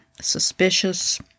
suspicious